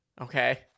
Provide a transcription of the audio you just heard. Okay